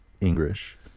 English